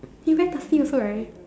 you very thirsty also right